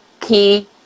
key